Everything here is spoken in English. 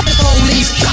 police